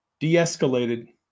de-escalated